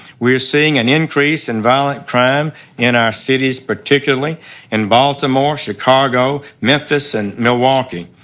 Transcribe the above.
we are seeing an increase in violent crime in our cities particularly in baltimore, chicago, memphis and milwaukee.